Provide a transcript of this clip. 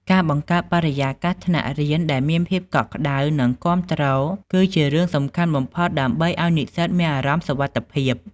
ការបង្កើតបរិយាកាសថ្នាក់រៀនដែលមានភាពកក់ក្តៅនិងការគាំទ្រគឺជារឿងសំខាន់បំផុតដើម្បីឱ្យនិស្សិតមានអារម្មណ៍សុវត្ថិភាព។